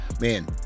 man